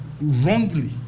wrongly